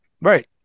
Right